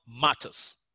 matters